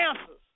answers